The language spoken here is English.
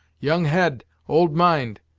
young head, old mind.